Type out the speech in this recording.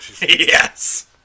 Yes